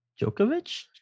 Djokovic